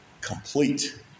complete